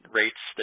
rates